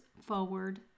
forward